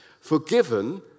forgiven